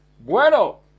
Bueno